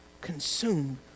consumed